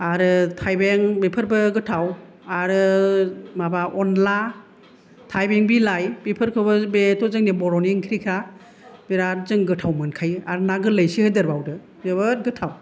आरो थाइबें बेफोरबो गोथाव आरो माबा अनला थाइबें बिलाइ बेफोरखौबो बेथ' जोंनि बर'नि ओंख्रिखा बिराद जों गोथाव मोनखायो आरो ना गोरलै एसे होदेरबावदो जोबोद गोथाव